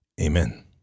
Amen